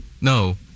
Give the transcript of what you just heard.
No